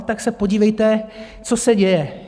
Tak se podívejte, co se děje.